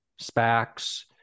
spacs